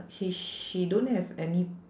he sh~ he don't have any